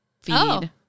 feed